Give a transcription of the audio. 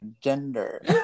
gender